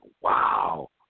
wow